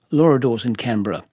laura dawes in canberra